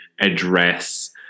address